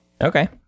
Okay